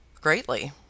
Greatly